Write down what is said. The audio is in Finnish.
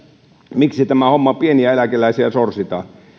miksi tämä homma pieniä eläkeläisiä sorsii